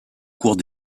cours